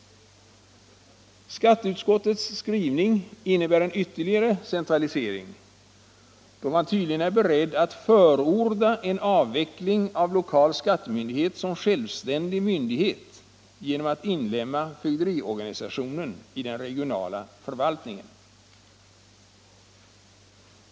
Skatteutskottets skrivning innebär en ytterligare centralisering, då man tydligen är beredd att förorda en avveckling av lokal skattemyndighet som självständig myndighet genom att inlemma fögderiorganisationen i den regionala förvaltningen.